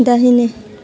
दाहिने